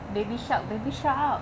baby shark baby shark